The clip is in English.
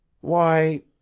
Why—